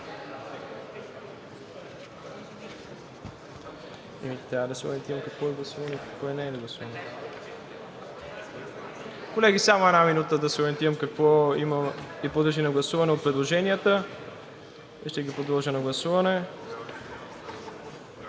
Колеги, само една минута, за да се ориентирам какво подлежи на гласуване от предложенията и ще ги подложа на гласуване.